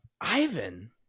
Ivan